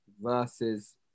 versus